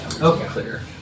Okay